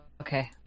okay